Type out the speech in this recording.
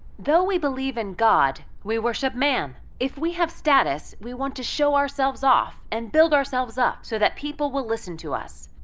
though we believe in god, we worship man. if we have status, we want to show ourselves off and build ourselves up, so that people will listen to us.